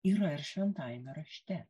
yra ir šventajame rašte